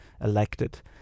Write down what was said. elected